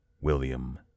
William